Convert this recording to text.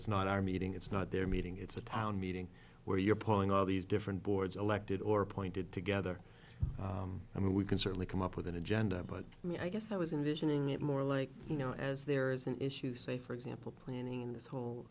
it's not our meeting it's not their meeting it's a town meeting where you're pulling all these different boards elected or appointed together i mean we can certainly come up with an agenda but i guess that was in visioning it more like you know as there is an issue say for example planning in this ho